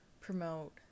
promote